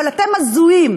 אבל אתם הזויים.